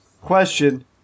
question